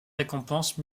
récompenses